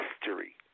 History